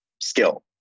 skill